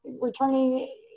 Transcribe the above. returning